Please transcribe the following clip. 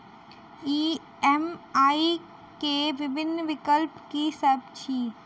EMI केँ विभिन्न विकल्प की सब अछि